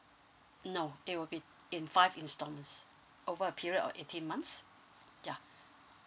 no it will be in five instalments over a period of eighteen months ya